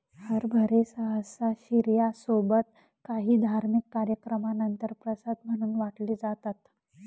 हरभरे सहसा शिर्या सोबत काही धार्मिक कार्यक्रमानंतर प्रसाद म्हणून वाटले जातात